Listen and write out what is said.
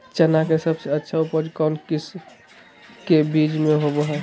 चना के सबसे अच्छा उपज कौन किस्म के बीच में होबो हय?